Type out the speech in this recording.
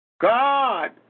God